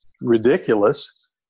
ridiculous